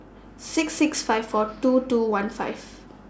six six five four two two one five